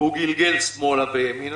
הוא גלגל שמאלה וימינה,